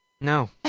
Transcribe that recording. No